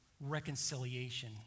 reconciliation